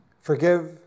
Forgive